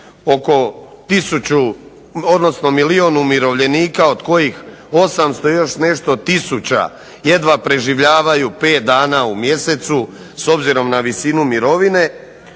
plaću oko milijun umirovljenika od kojih 800 i još nešto tisuća jedva preživljavaju 5 dana u mjesecu s obzirom na visinu mirovine.